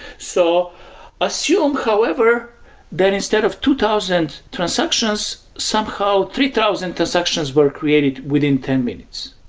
so assume however that instead of two thousand transactions, somehow three thousand transactions were created within ten minutes,